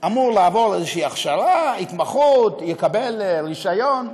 אמור לעבור איזושהי הכשרה, התמחות, יקבל רישיון.